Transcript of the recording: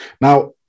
Now